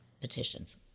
petitions